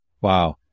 Wow